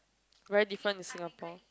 very different in Singapore